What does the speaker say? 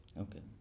Okay